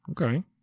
okay